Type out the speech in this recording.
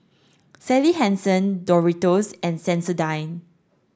Sally Hansen Doritos and Sensodyne